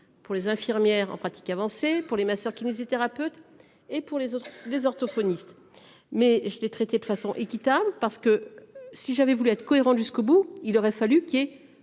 Pour les infirmières en pratique avancée pour les masseurs kinésithérapeutes et pour les autres, les orthophonistes. Mais je l'ai traité de façon équitable parce que. Si j'avais voulu être cohérent jusqu'au bout, il aurait fallu qu'il y ait